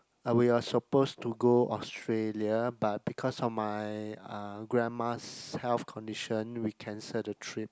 I we are supposed to go Australia but because of my uh grandma's health condition we cancel the trip